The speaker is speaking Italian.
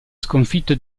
sconfitto